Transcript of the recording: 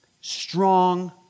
strong